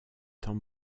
temps